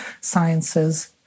sciences